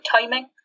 timing